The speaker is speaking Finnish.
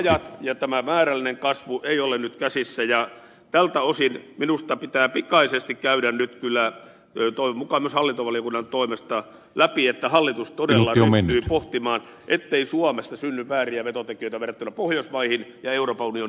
käsittelyajat ja tämä määrällinen kasvu eivät ole nyt käsissä ja tältä osin minusta pitää pikaisesti käydä nyt kyllä toivon mukaan myös hallintovaliokunnan toimesta läpi että hallitus todella ryhtyy pohtimaan ettei suomesta synny vääriä vetotekijöitä verrattuna pohjoismaihin ja euroopan unionin yleiseen linjaukseen